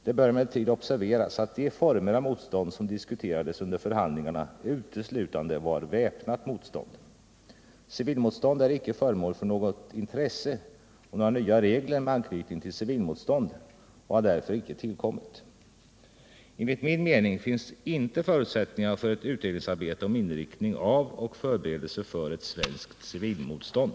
Det bör emellertid observeras att de former av motstånd som diskuterades under förhandlingarna uteslutande var väpnat motstånd. Civilmotstånd var icke föremål för något intresse, och några nya regler med anknytning till civilmotstånd har därför inte tillkommit. | Enligt min mening finns inte förutsättningar för ett utredningsarbete om inriktning av och förberedelser för ett svenskt civilmotstånd.